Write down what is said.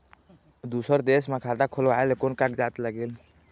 दूसर देश मा खाता खोलवाए ले कोन कागजात लागेल?